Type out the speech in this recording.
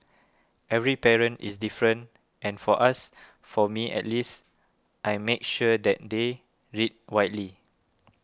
every parent is different and for us for me at least I make sure that they read widely